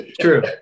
true